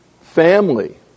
family